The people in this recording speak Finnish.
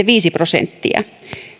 viisi prosenttia